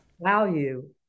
Value